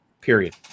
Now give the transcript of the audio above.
period